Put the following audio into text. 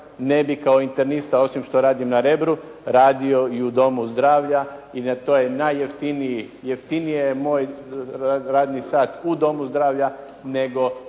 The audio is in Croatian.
ne bih kao internista osim što radim na Rebru, radio i u domu zdravlja i to je najjeftinije, jeftiniji je moj radni sat u domu zdravlja nego